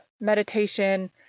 meditation